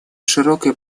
широкой